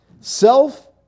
Self